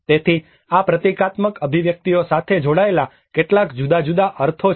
તેથી આ પ્રતીકાત્મક અભિવ્યક્તિઓ સાથે જોડાયેલા કેટલાક જુદા જુદા અર્થો છે